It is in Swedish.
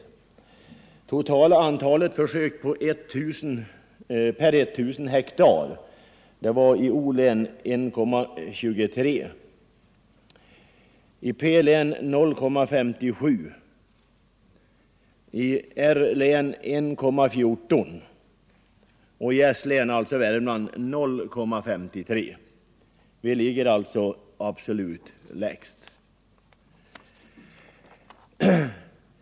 Det totala antalet försök per 1 000 hektar åker var i O-län 1,23, i P-län 0,57, i R-län 1,14 och i S-län, alltså i Värmland, 0,53. Värmland ligger alltså absolut lägst.